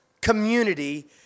community